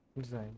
design